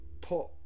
put